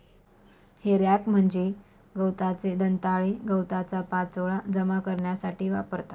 हे रॅक म्हणजे गवताचे दंताळे गवताचा पाचोळा जमा करण्यासाठी वापरतात